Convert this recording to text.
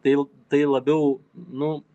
tai l tai labiau nu